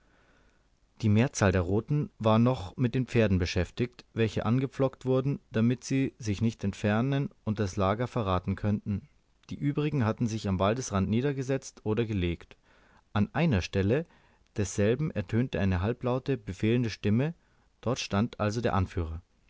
die mehrzahl der roten war noch mit den pferden beschäftigt welche angepflockt wurden damit sie sich nicht entfernen und das lager verraten könnten die übrigen hatten sich am waldesrande niedergesetzt oder gelegt an einer stelle desselben ertönte eine halblaute befehlende stimme dort stand also der anführer